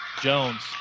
Jones